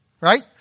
right